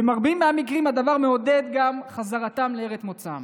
במרבית המקרים הדבר מעודד גם את חזרתם לארץ מוצאם.